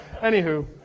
Anywho